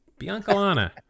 Biancalana